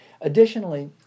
Additionally